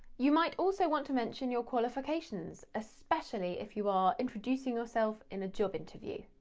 you might also want to mention your qualifications, especially if you are introducing yourself in a job interview.